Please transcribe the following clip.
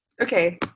Okay